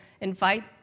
invite